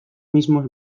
mismos